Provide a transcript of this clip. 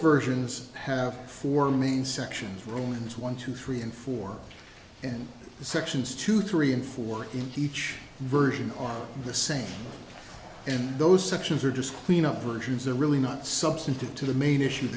versions have four main sections romans one two three and four and the sections two three and four in each version are the same and those sections are just clean up versions are really not substantive to the main issue